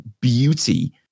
beauty